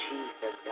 Jesus